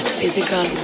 physical